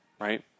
right